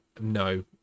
no